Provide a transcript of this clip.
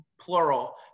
plural